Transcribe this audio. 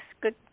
good